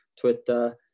twitter